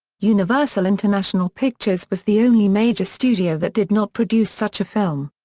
universal-international pictures was the only major studio that did not produce such a film.